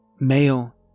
male